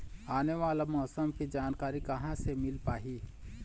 आने वाला मौसम के जानकारी कहां से मिल पाही?